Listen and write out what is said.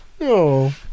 No